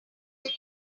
back